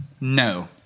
no